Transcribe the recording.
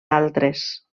altres